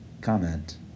comment